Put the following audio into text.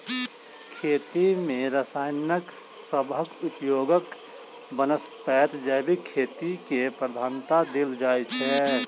खेती मे रसायन सबहक उपयोगक बनस्पैत जैविक खेती केँ प्रधानता देल जाइ छै